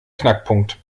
knackpunkt